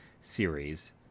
series